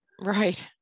Right